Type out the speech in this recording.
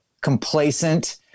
complacent